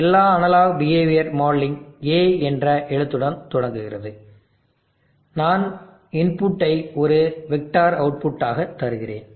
எல்லா analog behavioral modeling a என்ற எழுத்துடன் தொடங்குகிறது நான் இன்புட்டை ஒரு வெக்டர் அவுட்புட்டாக தருகிறேன்